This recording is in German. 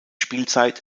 spielzeit